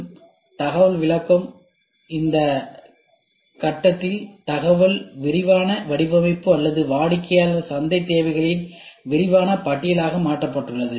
எனவே தகவல் விளக்கம் இந்த கட்டத்தில் தகவல் விரிவான வடிவமைப்பு அல்லது வாடிக்கையாளர் சந்தை தேவைகளின் விரிவான பட்டியலாக மாற்றப்பட்டுள்ளது